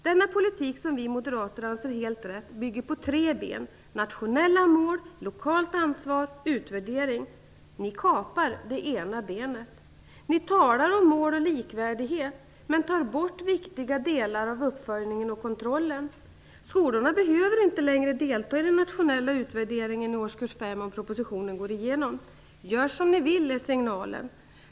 Denna politik, som vi moderater anser helt rätt, bygger på tre ben, nämligen nationella mål, lokalt ansvar och utvärdering. Ni kapar det ena benet. Ni talar om mål och likvärdighet, men ni tar bort viktiga delar av uppföljningen och kontrollen. Skolorna behöver inte längre delta i den nationella utvärderingen i årskurs 5 om propositionen går igenom. Gör som ni vill, är signalen.